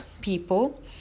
people